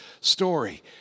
story